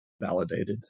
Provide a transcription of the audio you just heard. validated